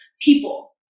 people